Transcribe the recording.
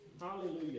Hallelujah